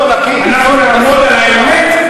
אנחנו נעמוד על האמת,